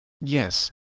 Yes